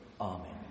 Amen